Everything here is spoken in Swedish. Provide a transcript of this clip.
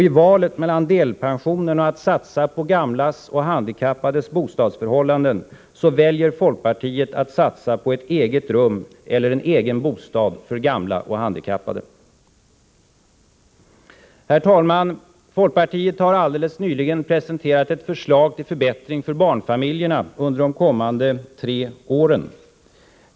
I valet mellan delpensionen och satsningen på gamlas och handikappades bostadsförhållanden väljer folkpartiet att satsa på ett eget rum eller en egen bostad för gamla och handikappade. Herr talman! Folkpartiet har nyligen presenterat ett förslag till förbättringar för barnfamiljerna under de kommande tre åren.